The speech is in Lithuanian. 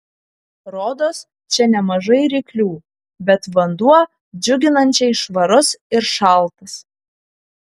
rodos čia nemažai ryklių bet vanduo džiuginančiai švarus ir šaltas